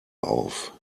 auf